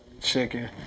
chicken